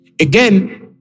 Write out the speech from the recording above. Again